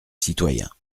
citoyen